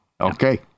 Okay